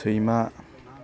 सैमा